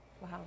Wow